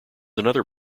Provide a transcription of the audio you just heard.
another